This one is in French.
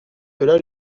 cela